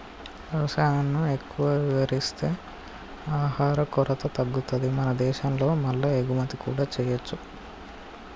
వ్యవసాయం ను ఎక్కువ విస్తరిస్తే ఆహార కొరత తగ్గుతది మన దేశం లో మల్ల ఎగుమతి కూడా చేయొచ్చు